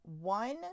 one